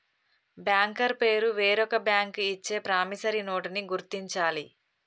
banker పేరు వేరొక bank ఇచ్చే ప్రామిసరీ నోటుని గుర్తించాలి